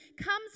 comes